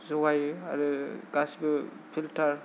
जगायो आरो गासिबो पिल्टार